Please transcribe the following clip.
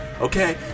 Okay